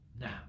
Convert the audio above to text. Now